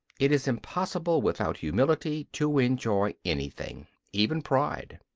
it is impossible without humility to enjoy anything even pride.